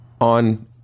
on